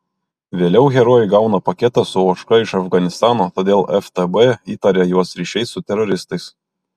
vėliau herojai gauna paketą su ožka iš afganistano todėl ftb įtaria juos ryšiais su teroristais